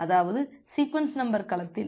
அதாவது sequence number களத்தில்